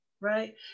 right